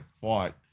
fought